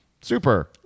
Super